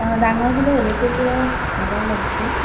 অঁ ডাঙৰ ফুলৰ হ'লেও পুৰা হাজাৰ লৈছে